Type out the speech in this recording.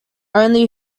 only